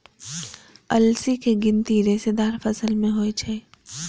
अलसी के गिनती रेशेदार फसल मे होइ छै